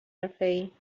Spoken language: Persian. حرفهای